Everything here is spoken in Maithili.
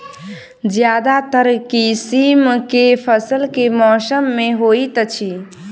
ज्यादातर किसिम केँ फसल केँ मौसम मे होइत अछि?